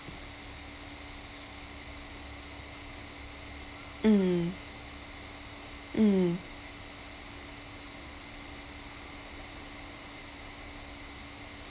mm mm